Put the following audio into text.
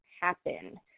happen